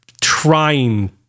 trying